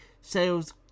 sales